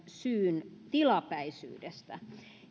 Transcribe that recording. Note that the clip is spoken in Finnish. syyn tilapäisyydestä